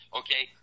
okay